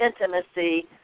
intimacy